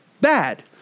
bad